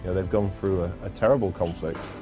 they've gone through a ah terrible conflict,